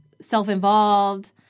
self-involved